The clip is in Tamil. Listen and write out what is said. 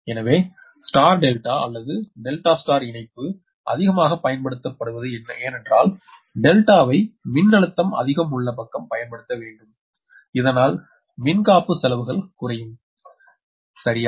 எனவே ஸ்டார் டெல்டா அல்லது டெல்டா ஸ்டார் இணைப்பு அதிகமாக பயன்படுத்தப்படுகிறது ஏனென்றால் டெல்டா வை மின்னழுத்தம் அதிகம் உள்ள பக்கம் பயன்படுத்த வேண்டும் இதனால் மின்காப்பு செலவுகள் குறையும் சரியா